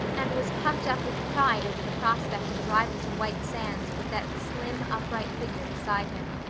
and was puffed up with pride over the prospect of driving to white sands with that slim, upright figure beside him.